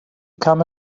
come